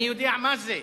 אני יודע מה זה.